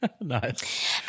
Nice